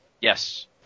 Yes